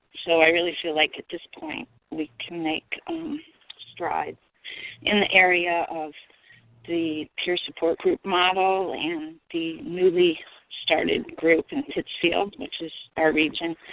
so i really feel like at this point we can make strides in the area of the peer support group model and the newly started group in pittsfield, which is our region.